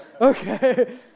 Okay